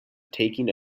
taking